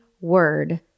word